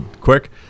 quick